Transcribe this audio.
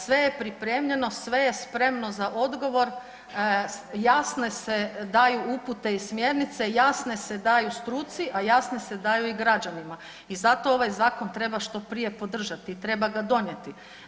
Sve je pripremljeno, sve je spremno za odgovor, jasne se daju upute i smjernice, jasne se daju struci, a jasne se daju i građanima i zato ovaj zakon treba što prije podržati i treba ga donijeti.